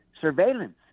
surveillance